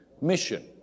mission